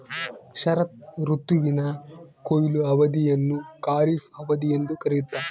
ಶರತ್ ಋತುವಿನ ಕೊಯ್ಲು ಅವಧಿಯನ್ನು ಖಾರಿಫ್ ಅವಧಿ ಎಂದು ಕರೆಯುತ್ತಾರೆ